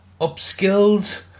upskilled